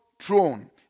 throne